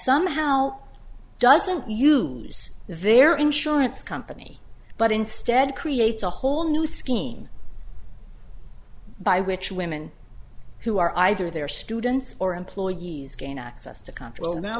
somehow doesn't use their insurance company but instead creates a whole new scheme by which women who are either their students or employees gain access to contrail now